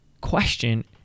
question